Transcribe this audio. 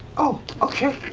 oh, okay.